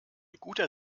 guter